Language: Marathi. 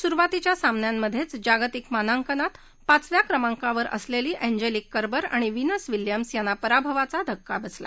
सुरुवातीच्या सामन्यांमधेच जागतिक मानांकनात पाचव्या क्रमांकावर असलेली अँजेलिक कर्बर आणि विनस विलियम्स यांना पराभवाचा धक्का बसला